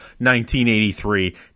1983